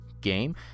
game